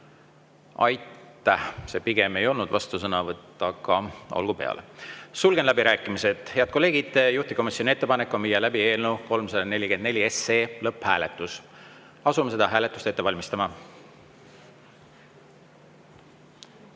Aitäh! See pigem ei olnud vastusõnavõtt, aga olgu peale. Sulgen läbirääkimised. Head kolleegid, juhtivkomisjoni ettepanek on viia läbi eelnõu 344 lõpphääletus. Asume seda hääletust ette valmistama.